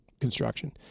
construction